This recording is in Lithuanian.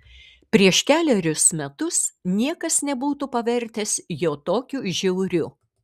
prieš kelerius metus niekas nebūtų pavertęs jo tokiu žiauriu